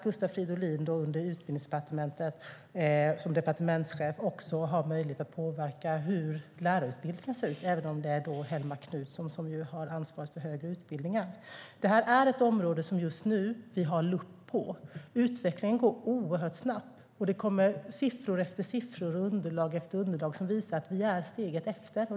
Gustav Fridolin har som departementschef på Utbildningsdepartementet möjlighet att påverka hur lärarutbildningen ser ut, även om Hellmark Knutsson har ansvaret för högre utbildningar. Det här området befinner sig just nu under lupp. Utvecklingen går oerhört snabbt. Det kommer siffror efter siffror och underlag efter underlag som visar att vi ligger steget efter.